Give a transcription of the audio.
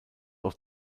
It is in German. auch